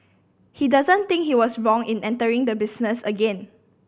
he doesn't think he was wrong in entering the business again